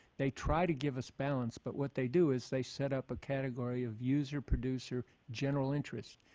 they try to give us balance but what they do is they setup a category of user producer general interest.